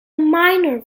minor